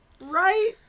Right